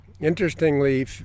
interestingly